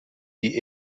die